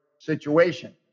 situation